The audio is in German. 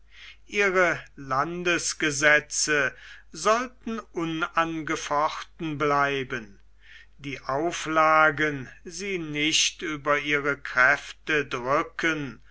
ihre landesgesetze sollten unangefochten bleiben die auflagen sie nicht über ihre kräfte drücken